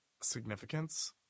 significance